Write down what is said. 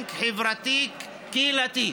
לבנק חברתי-קהילתי,